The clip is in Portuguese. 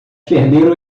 perder